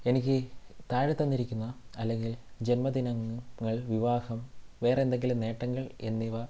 എനിക്ക് താഴെ തന്നിരിക്കുന്ന അല്ലെങ്കിൽ ജന്മദിനങ്ങൾ വിവാഹം വേറെന്തെങ്കിലും നേട്ടങ്ങൾ എന്നിവ